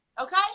okay